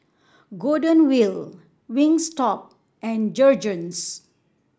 Golden Wheel Wingstop and Jergens